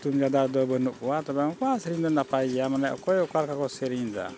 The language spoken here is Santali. ᱧᱚᱛᱩᱢ ᱡᱟᱫᱟ ᱫᱚ ᱵᱟᱹᱱᱩᱜ ᱠᱚᱣᱟ ᱛᱚᱵᱮ ᱚᱱᱠᱟ ᱥᱮᱨᱮᱧ ᱫᱚ ᱱᱟᱯᱟᱭ ᱜᱮᱭᱟ ᱢᱟᱱᱮ ᱚᱠᱚᱭ ᱚᱠᱟ ᱞᱮᱠᱟᱠᱚ ᱥᱮᱨᱮᱧᱫᱟ